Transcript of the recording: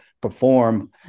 perform